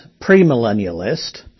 premillennialist